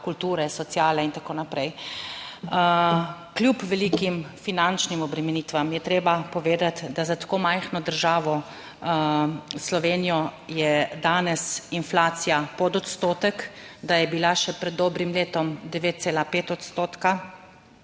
kulture, sociale in tako naprej. Kljub velikim finančnim obremenitvam je treba povedati, da za tako majhno državo Slovenijo je danes inflacija pod odstotek, da je bila še pred dobrim letom 9,5 %, da